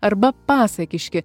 arba pasakiški